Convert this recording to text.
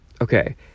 Okay